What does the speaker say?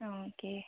ആ ഓക്കെ